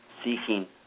seeking